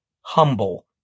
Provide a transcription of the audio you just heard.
humble